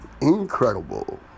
Incredible